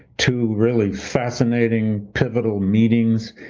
two really fascinating pivotal meetings,